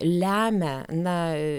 lemia na